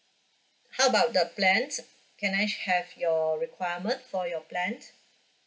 how about the plans can I have your requirement for your plan